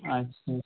আচ্ছা